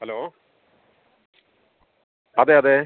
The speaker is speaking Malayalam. ഹലോ അതെ അതെ